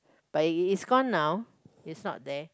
but it it's gone now it's not there